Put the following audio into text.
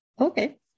okay